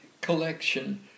collection